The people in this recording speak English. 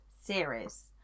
series